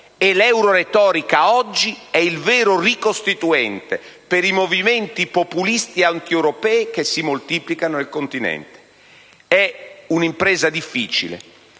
l'euroretorica, oggi, è il vero ricostituente per i movimenti populisti antieuropei che si moltiplicano nel Continente. È un'impresa difficile,